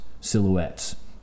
silhouettes